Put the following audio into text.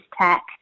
tech